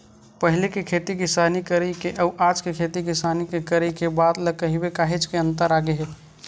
पहिली के खेती किसानी करई के अउ आज के खेती किसानी के करई के बात ल कहिबे काहेच के अंतर आगे हे